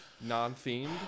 non-themed